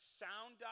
sound